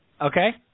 Okay